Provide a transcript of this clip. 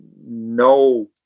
no